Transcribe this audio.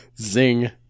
Zing